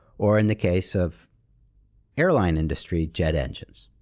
or in the case of airline industry, jet engines.